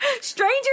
Stranger